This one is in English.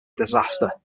disaster